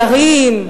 ומאושרים.